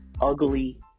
ugly